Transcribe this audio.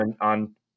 on